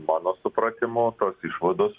mano supratimu tos išvados